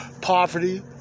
Poverty